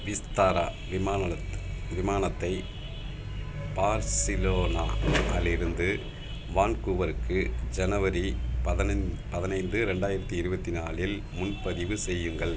விஸ்தாரா விமானத் விமானத்தை பார்சிலோனா அலிருந்து வான்கூவருக்கு ஜனவரி பதினைந் பதினைந்து ரெண்டாயிரத்து இருபத்தி நாலில் முன்பதிவு செய்யுங்கள்